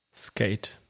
skate